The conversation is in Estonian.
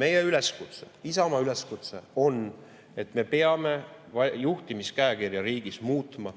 Meie üleskutse, Isamaa üleskutse on, et me peame juhtimiskäekirja riigis muutma.